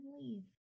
leave